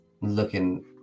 looking